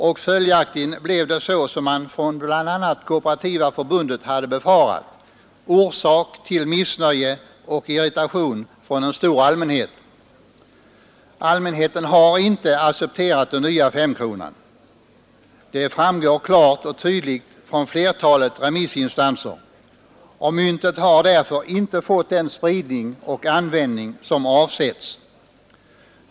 Följaktligen blev det, såsom bl.a. KF hade befarat, orsak till missnöje och irritation inom en stor allmänhet. Allmänheten har inte accepterat den nya femkronan — det framgår klart och tydligt från flertalet remissinstanser — och myntet har därför inte fått den spridning och användning som avsetts.